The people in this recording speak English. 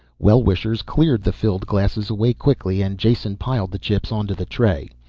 well-wishers cleared the filled glasses away quickly and jason piled the chips onto the tray.